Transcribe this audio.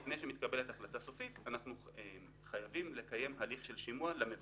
לפני שמתקבלת החלטה סופית אנחנו חייבים לקיים הליך של שימוע למבקש.